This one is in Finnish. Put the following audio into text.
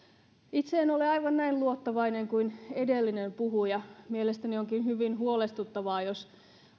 itse en ole aivan näin luottavainen kuin edellinen puhuja mielestäni onkin hyvin huolestuttavaa jos